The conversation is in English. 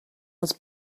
was